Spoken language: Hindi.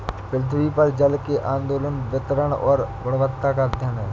पृथ्वी पर जल के आंदोलन वितरण और गुणवत्ता का अध्ययन है